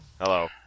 Hello